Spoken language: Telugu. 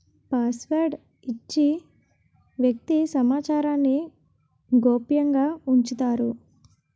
పాస్వర్డ్ ఇచ్చి వ్యక్తి సమాచారాన్ని గోప్యంగా ఉంచుతారు